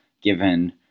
given